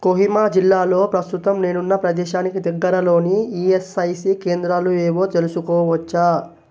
కొహిమా జిల్లాలో ప్రస్తుతం నేనున్న ప్రదేశానికి దగ్గరలోని ఈఎస్ఐసీ కేంద్రాలు ఏవో తెలుసుకోవచ్చా